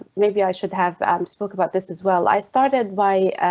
maybe i should have spoke about this as well. i started by.